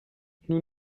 nous